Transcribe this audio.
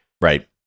Right